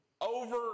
over